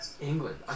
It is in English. England